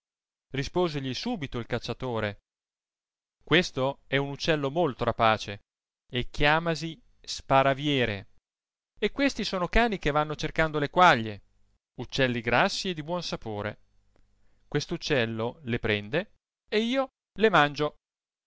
risposegli subito il cacciatore questo è un uccello molto rapace e chiamasi sparaviere e questi sono cani che vanno cercando le quaglie uccelli grassi e di buon sajìore quest'uccello le prende e io le mangio